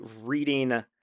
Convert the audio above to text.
reading